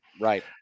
Right